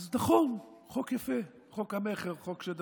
אז נכון, חוק המכר הוא חוק יפה.